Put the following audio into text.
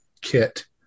kit